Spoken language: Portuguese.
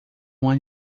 uma